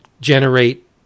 generate